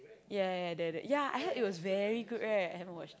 ya ya the the I heard it was very good right I haven't watched it